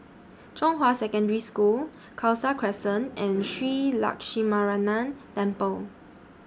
Zhonghua Secondary School Khalsa Crescent and Shree Lakshminarayanan Temple